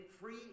free